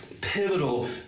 pivotal